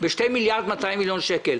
פנית אלי, דיברת איתי, כתבת לי.